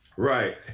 Right